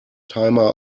timer